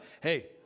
hey